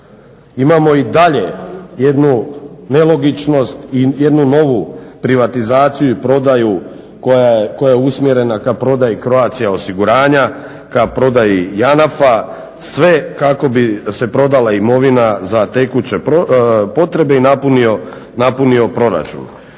Imamo i dalje jednu nelogičnost i jednu novu privatizaciju i prodaju koja je usmjerena ka prodaji Croatia osiguranja, ka prodaji JANAF-a sve kako bi se prodala imovina za tekuće potrebe i napunio proračun.